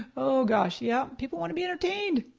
oh gosh, yeah, people want to be entertained.